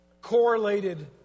correlated